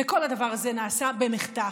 וכל הדבר הזה נעשה במחטף,